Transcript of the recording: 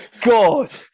God